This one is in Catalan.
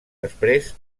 després